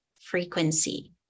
frequency